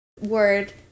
word